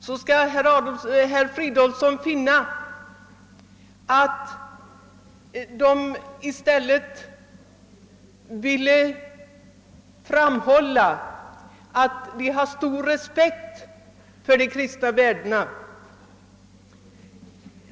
Då skall herr Fridolfsson finna att de i stället framhöll att de har stor respekt för de kristna värdena.